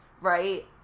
right